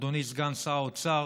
אדוני סגן שר האוצר,